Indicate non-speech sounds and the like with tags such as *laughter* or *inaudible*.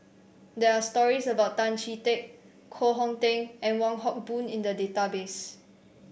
there are stories about Tan Chee Teck Koh Hong Teng and Wong Hock *noise* Boon in the database